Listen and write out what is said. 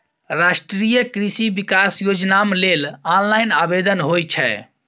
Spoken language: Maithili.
राष्ट्रीय कृषि विकास योजनाम लेल ऑनलाइन आवेदन होए छै